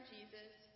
Jesus